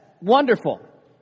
wonderful